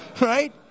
right